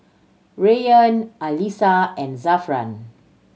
Rayyan Alyssa and Zafran